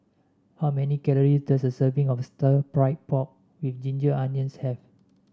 how many calories does a serving of Stir Fried Pork with Ginger Onions have